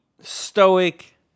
stoic